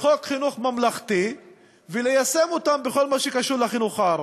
מחוק חינוך ממלכתי וליישם אותם בכל מה שקשור לחינוך הערבי.